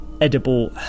edible